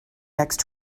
next